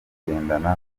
kugendana